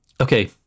okay